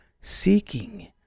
seeking